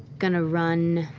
going to run